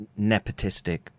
nepotistic